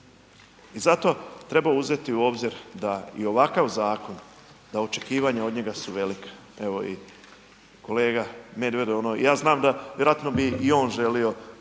I zato treba uzeti u obzir da i ovakav zakon, da očekivanja od njega su velika. Evo i kolega Medved ono, ja znam da vjerojatno bi i on želio